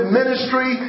ministry